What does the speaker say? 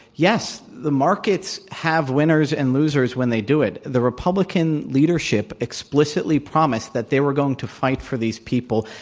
yes. the markets have winners and losers when they do it. the republican leadership explicitly promised that they were going to fight for these people,